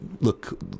look